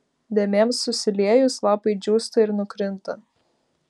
dėmėms susiliejus lapai džiūsta ir nukrinta